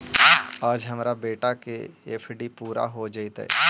आज हमार बेटा के एफ.डी पूरा हो जयतई